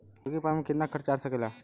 मुर्गी पालन में कितना खर्च आ सकेला?